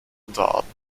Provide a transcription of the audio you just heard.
unterarten